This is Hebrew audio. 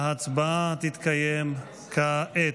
ההצבעה תתקיים כעת.